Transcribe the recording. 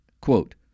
Quote